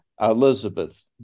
Elizabeth